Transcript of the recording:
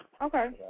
Okay